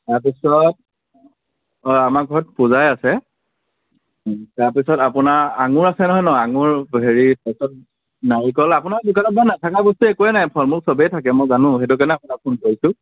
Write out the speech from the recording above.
তাৰপিছত অঁ আমাৰ ঘৰত পূজাই আছে তাৰপিছত আপোনাৰ আঙুৰ আছে নহয় ন আঙুৰ হেৰি তাৰপিছত নাৰিকল আপোনাৰ দোকানত বাৰু নথকা বস্তু একোৱে নাই ফলমূল চবেই থাকে মই জানো সেইটো কাৰণে আপোনাক ফোন কৰিছোঁ